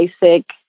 basic